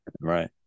Right